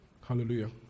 Hallelujah